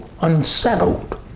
unsettled